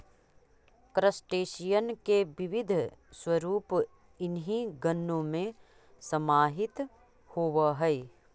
crustacean के विविध स्वरूप इन्हीं गणों में समाहित होवअ हई